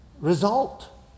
result